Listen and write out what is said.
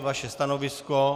Vaše stanovisko?